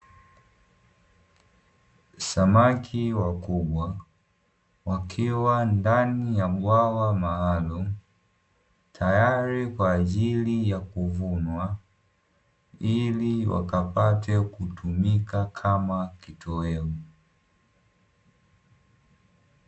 Samaki wakubwa wakiwa ndani ya bwawa maalumu, tayari kwa ajili ya kuvunwa, ili wakapate kutumika kama kitoweo.